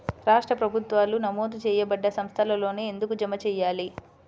రాష్ట్ర ప్రభుత్వాలు నమోదు చేయబడ్డ సంస్థలలోనే ఎందుకు జమ చెయ్యాలి?